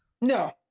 No